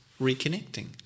reconnecting